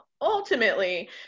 Ultimately